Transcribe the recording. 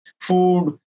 food